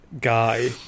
guy